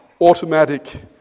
automatic